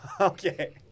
Okay